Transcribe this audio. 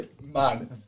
Man